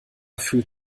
fühlt